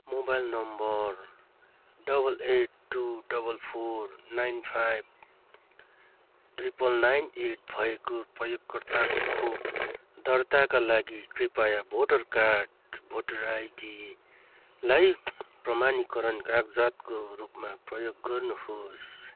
mobile number double eight two double four nine five triple nine eight भएको प्रयोगकर्ताको खोप दर्ताका लागि कृपया भोटर कार्ड भोटर आइडीलाई प्रमाणीकरण कागजातको रूपमा प्रयोग गर्नुहोस्